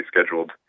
scheduled